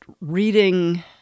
reading